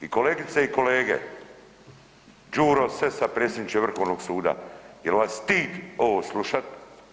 I kolegice i kolege, Đuro Sesa, predsjedniče Vrhovnog suda jel' vas stid ovo slušat?